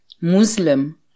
Muslim